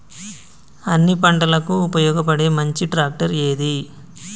అన్ని పంటలకు ఉపయోగపడే మంచి ట్రాక్టర్ ఏది?